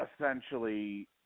essentially